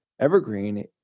evergreen